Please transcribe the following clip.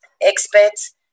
experts